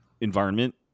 environment